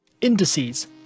Indices